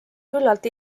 küllalt